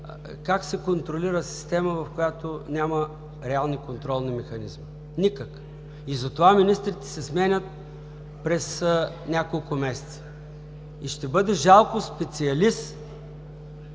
как се контролира система, в която няма реални контролни механизми. Никак. И затова министрите се сменят през няколко месеца. Ще бъде жалко специалист